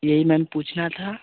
यही मैम पूछना था